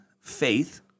faith